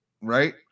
right